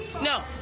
No